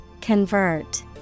Convert